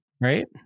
right